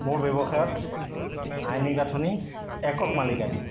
মোৰ ব্যৱসায়ত আইনী গাঁথনি একক মালিকাধীন